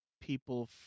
people